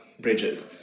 bridges